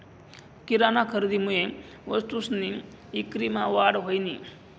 किराना खरेदीमुये वस्तूसनी ईक्रीमा वाढ व्हयनी